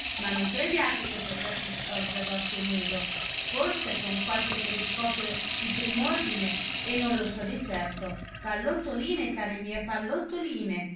ma non crediate che potreste scorgerlo a occhio nudo forse con qualche telescopio di prim'ordine e non lo so di certo pallottoline care mie pallottoline